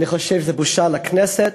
אני חושב שזה בושה לכנסת,